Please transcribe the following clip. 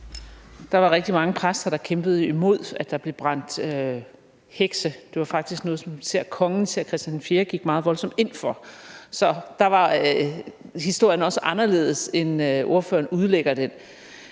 Der var rigtig mange præster, der kæmpede imod, at der blev brændt hekse, som faktisk var noget, som især kongen, især Christian IV, gik meget voldsomt ind for. Så der var historien også anderledes, end ordføreren udlægger den.